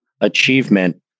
achievement